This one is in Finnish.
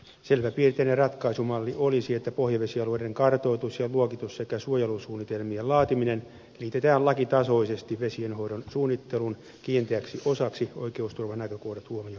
selväpiirteinen ratkaisumalli olisi että pohjavesialueiden kartoitus ja luokitus sekä suojelusuunnitelmien laatiminen liitetään lakitasoisesti vesienhoidon suunnittelun kiinteäksi osaksi oikeusturvanäkökohdat huomioon ottaen